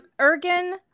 Ergen